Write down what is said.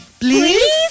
Please